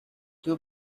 too